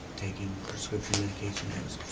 taking prescription medication